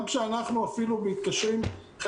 גם כשאנחנו מתקשרים דרך אגב,